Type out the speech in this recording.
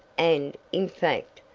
and, in fact,